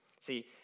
See